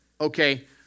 okay